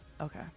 Okay